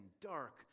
dark